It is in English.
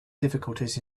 difficulties